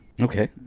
okay